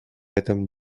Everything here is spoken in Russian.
этом